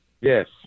Yes